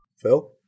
Phil